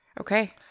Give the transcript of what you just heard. Okay